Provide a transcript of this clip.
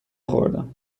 خوردم